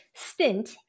stint